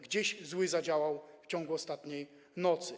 Gdzieś Zły zadziałał w ciągu ostatniej nocy.